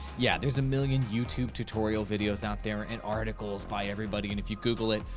yeah, there's a million youtube tutorial videos out there and articles by everybody. and if you google it,